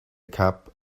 cup